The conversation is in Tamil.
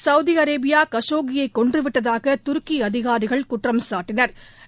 சவுதி அரேபியா கசோக்கியை கொன்றுவிட்டதாக துருக்கி அதிகாரிகள் குற்றம் சாட்டினா்